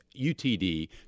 UTD